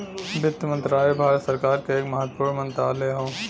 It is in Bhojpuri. वित्त मंत्रालय भारत सरकार क एक महत्वपूर्ण मंत्रालय हौ